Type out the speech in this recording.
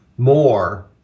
more